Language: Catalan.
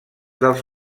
dels